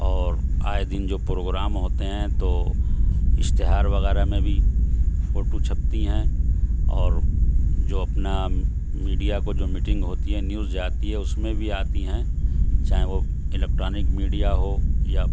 اور آئے دن جو پروگرام ہوتے ہیں تو اشتہار وغیرہ میں بھی فوٹو چھپتی ہیں اور جو اپنا میڈیا کو جو میٹنگ ہوتی ہیں نیوز جاتی ہے اس میں بھی آتی ہیں چاہے وہ الیکٹرانک میڈیا ہو یا